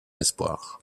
espoir